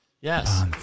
Yes